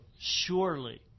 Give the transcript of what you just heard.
surely